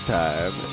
time